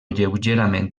lleugerament